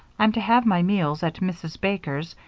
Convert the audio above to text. am to have my meals at mrs. baker's,